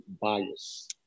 bias